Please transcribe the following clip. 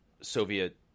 soviet